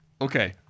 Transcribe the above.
Okay